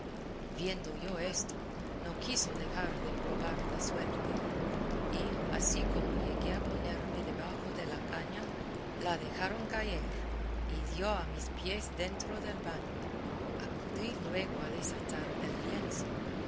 viendo yo esto no quise dejar de probar la suerte y así como llegué a ponerme debajo de la caña la dejaron caer y dio a mis pies dentro del baño acudí luego a desatar el lienzo